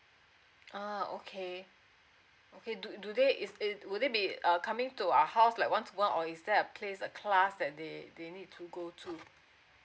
uh okay okay do do they is it would it be ah coming to our house like one to one or is there a place a class that they they need to go to